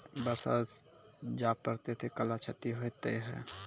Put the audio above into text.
बरसा जा पढ़ते थे कला क्षति हेतै है?